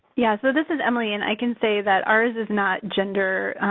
yeah, so this is emily, and i can say that ours is not gender